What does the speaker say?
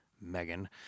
megan